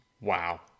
Wow